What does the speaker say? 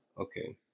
Okay